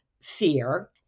fear